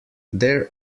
there